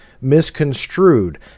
misconstrued